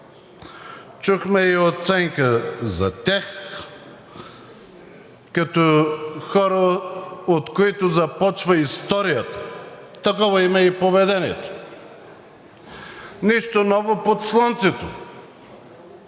Чухме и оценка за тях като хора, от които започва историята. Такова им е и поведението. Нищо ново под слънцето.